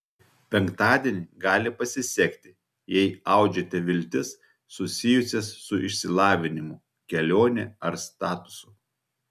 penktadienį gali pasisekti jei audžiate viltis susijusias su išsilavinimu kelione ar statusu